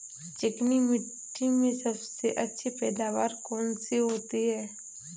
चिकनी मिट्टी में सबसे अच्छी पैदावार कौन सी होती हैं?